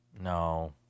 No